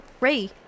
Ray